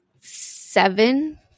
seven